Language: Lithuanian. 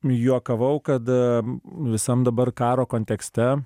juokavau kad visam dabar karo kontekste